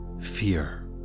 fear